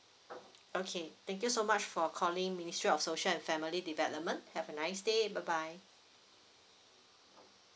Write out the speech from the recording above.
okay thank you so much for calling ministry of social and family development have a nice day bye bye